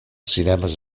cinemes